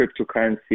cryptocurrency